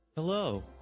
Hello